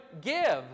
give